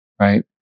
right